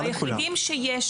לא לכולם.